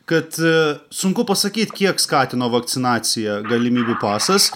kad sunku pasakyt kiek skatino vakcinaciją galimybių pasas